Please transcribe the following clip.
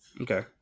Okay